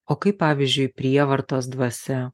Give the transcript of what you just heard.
o kaip pavyzdžiui prievartos dvasia